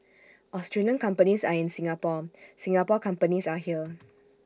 Australian companies are in Singapore Singapore companies are here